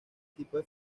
tipos